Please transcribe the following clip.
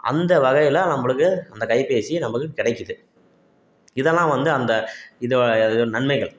அந்த வகையில் நம்மளுக்கு அந்த கைபேசி நமக்கு கிடைக்கிது இதெல்லாம் வந்து அந்த இதோ அது நன்மைகள்